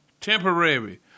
temporary